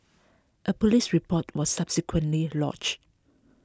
a police report was subsequently lodged